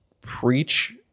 preach